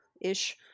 ish